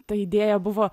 ta idėja buvo